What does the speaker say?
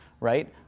right